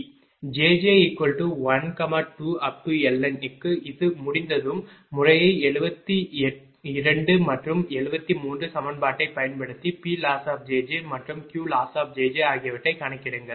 jj12LN க்கு இது முடிந்ததும் முறையே 72 மற்றும் 73 சமன்பாட்டைப் பயன்படுத்தி PLoss மற்றும் QLoss ஆகியவற்றைக் கணக்கிடுங்கள்